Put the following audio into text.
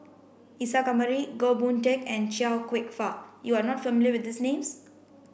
Isa Kamari Goh Boon Teck and Chia Kwek Fah you are not familiar with these names